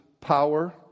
power